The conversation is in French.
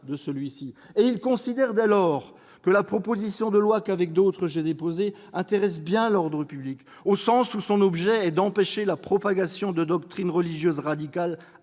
de celui-ci. Et ils considèrent dès lors que la proposition de loi que, avec d'autres, j'ai déposée intéresse bien l'ordre public, au sens où son objet est d'empêcher la propagation de doctrines religieuses radicales